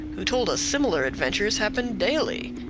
who told us similar adventures happened daily.